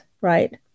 right